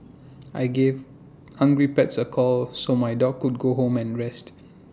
I gave hungry pets A call so my dog could go home and rest